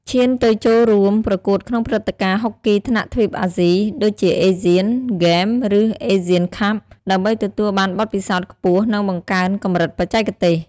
ឈានទៅចូលរួមប្រកួតក្នុងព្រឹត្តិការណ៍ហុកគីថ្នាក់ទ្វីបអាស៊ី ដូចជាអេស៑ាន ហ្គេមឬ អេស៑ៀ ខាប់ ដើម្បីទទួលបានបទពិសោធន៍ខ្ពស់ និងបង្កើនកម្រិតបច្ចេកទេស។